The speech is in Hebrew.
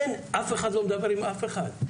אין, אף אחד לא מדבר עם אף אחד.